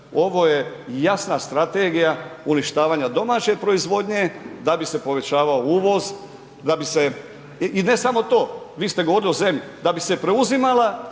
ovo je jasna strategija uništavanja domaće proizvodnje da bi se povećavao uvoz. I ne samo